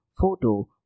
photo